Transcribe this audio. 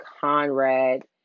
Conrad